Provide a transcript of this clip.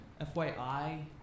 FYI